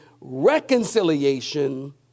reconciliation